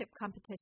competition